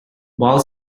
ball